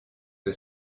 que